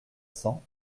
cents